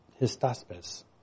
Histaspes